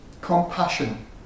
compassion